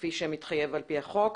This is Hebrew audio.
כפי שמתחייב על-פי החוק.